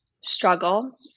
struggle